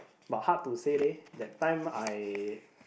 but hard to say leh that time I